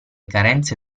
carenze